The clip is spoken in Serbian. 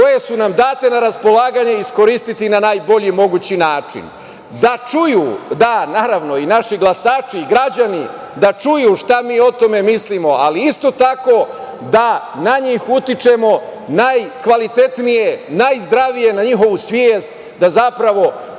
koje su nam date na raspolaganje iskoristi na najbolji mogući način. Da čuju, da, naravno, i naši glasači i građani da čuju šta mi o tome mislimo, ali isto tako da na njih utičemo najkvalitetnije, najzdravije na njihovu svest da oni